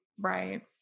Right